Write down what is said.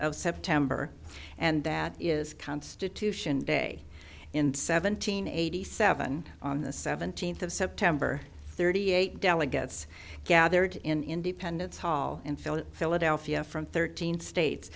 of september and that is constitution day in seventeen eighty seven on the seventeenth of september thirty eight delegates gathered in independence hall and filling philadelphia from thirteen states